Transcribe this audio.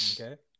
Okay